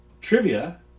trivia